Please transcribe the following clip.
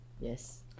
yes